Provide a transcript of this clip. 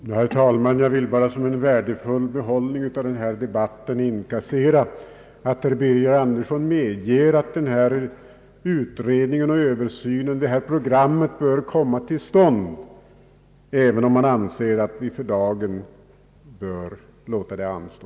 Herr talman! Jag vill inkassera som en värdefull behållning av den här debatten att herr Birger Andersson medger att utredning och översyn bör ske och ett program göras upp, även om han anser att vi för dagen bör låta det anstå.